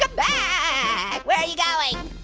come back. where are you going?